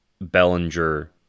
Bellinger